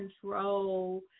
control